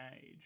age